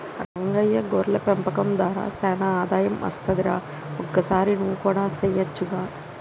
రంగయ్య గొర్రెల పెంపకం దార సానా ఆదాయం అస్తది రా ఒకసారి నువ్వు కూడా సెయొచ్చుగా